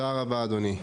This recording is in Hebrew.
תודה רבה אדוני.